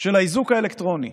של האיזוק האלקטרוני.